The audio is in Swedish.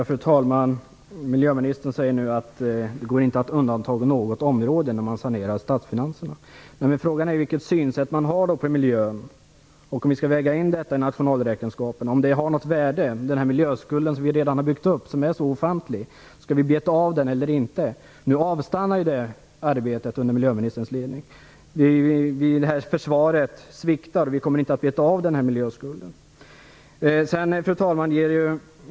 Fru talman! Miljöministern säger att det inte går att undanta något område när man sanerar statsfinanserna. Frågan är vilken syn man har på miljön. Har det något värde att väga in miljön i nationalräkenskaperna? Skall vi beta av den miljöskuld vi redan har byggt upp, som är så ofantlig, eller inte? Nu avstannar det arbetet under miljöministerns ledning. Försvaret sviktar. Vi kommer inte att beta av miljöskulden. Fru talman!